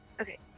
Okay